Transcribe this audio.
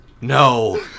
no